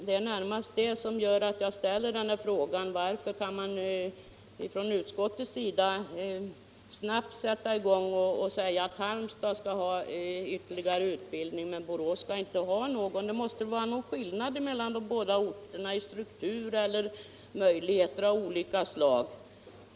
Det är närmast därför jag ställer frågan varför utskottet snabbt kan uttala att Halmstad skall ha ytterligare utbildning men inte Borås. Det måste vara någon skillnad mellan orterna, strukturmässigt eller i fråga om möjligheter av andra slag.